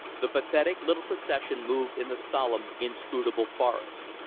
the pathetic little procession moved in the solemn, inscrutable forest.